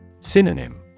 Synonym